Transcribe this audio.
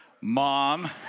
mom